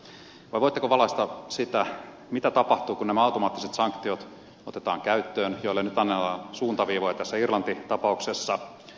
vai voitteko valaista sitä mitä tapahtuu kun otetaan käyttöön nämä automaattiset sanktiot joille nyt anellaan suuntaviivoja tässä irlanti tapauksessa